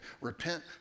repent